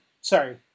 sorry